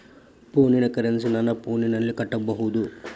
ಫೋನಿನ ಕರೆನ್ಸಿ ನನ್ನ ಫೋನಿನಲ್ಲೇ ಕಟ್ಟಬಹುದು?